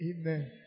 Amen